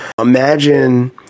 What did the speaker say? imagine